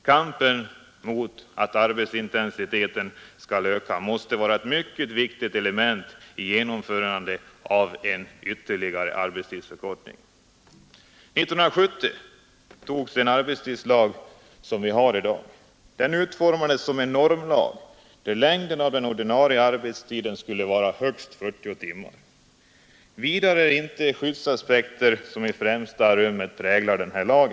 Kampen mot ökad arbetsintensitet måste vara ett mycket viktigt element vid genomförandet av ytterligare arbetstidsförkortning. 1970 antogs den arbetstidslag som vi nu har. Den utformades som en normlag, där den ordinarie veckoarbetstiden skulle vara högst 40 timmar. Det är inte skyddsaspekter som i främsta rummet präglar denna lag.